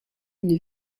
une